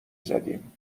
زدیم